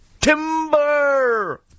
Timber